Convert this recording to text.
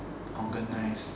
organized